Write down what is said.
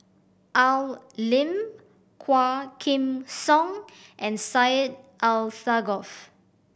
Al Lim Quah Kim Song and Syed Alsagoff